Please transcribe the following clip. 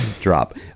drop